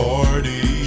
Party